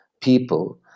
people